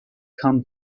come